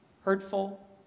hurtful